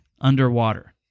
underwater